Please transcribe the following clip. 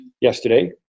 yesterday